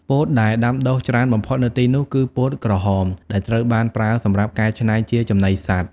ពោតដែលដាំដុះច្រើនបំផុតនៅទីនោះគឺ ពោតក្រហម ដែលត្រូវបានប្រើសម្រាប់កែច្នៃជាចំណីសត្វ។